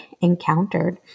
encountered